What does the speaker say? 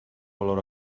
valor